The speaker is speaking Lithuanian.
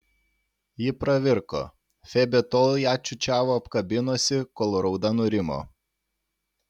ji pravirko febė tol ją čiūčiavo apkabinusi kol rauda nurimo